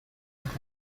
hydro